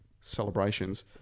celebrations